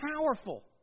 powerful